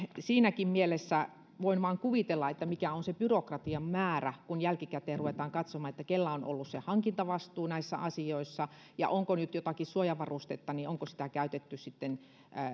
siinäkin mielessä voin vain kuvitella mikä on se byrokratian määrä kun jälkikäteen ruvetaan katsomaan kellä on ollut se hankintavastuu näissä asioissa ja onko nyt jotakin suojavarustetta käytetty sitten